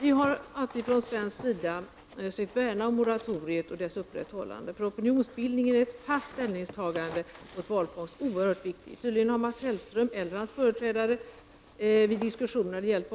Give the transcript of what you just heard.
Vi har alltid från svensk sida sökt värna om moratoriet och dess upprätthållande. För opinionsbildningen är ett fast ställningstagande mot valfångst oerhört viktigt. Tydligen har Mats Hellström eller hans företrädare inte intagit denna fasta hållning vid diskussioner när det gällt